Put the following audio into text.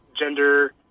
gender